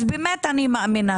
זו באמת הזנחה.